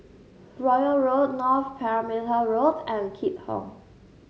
Royal Road North Perimeter Road and Keat Hong